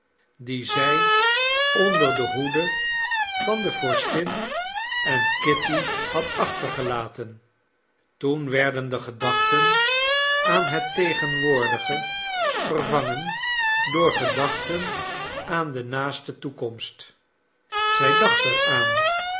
die zij onder de hoede van de vorstin en kitty had achtergelaten toen werden de gedachten aan het tegenwoordige vervangen door gedachten aan de naaste toekomst zij dacht er aan